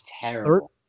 Terrible